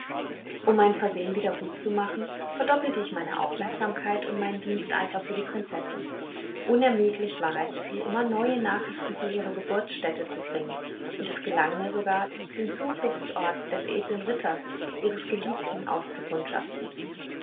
um mein versehen wieder gutzumachen verdoppelte ich meine aufmerksamkeit und meinen diensteifer für die prinzessin unermüdlich war ich ihr immer neue nachrichten von ihrer geburtsstätte zu bringen und es gelang mir sogar den zufluchtsort des edlen ritters ihres geliebten auszukundschaften